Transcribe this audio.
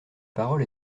parole